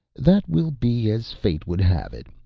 that will be as fate would have it.